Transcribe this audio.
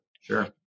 Sure